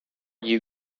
you